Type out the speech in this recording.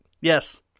Yes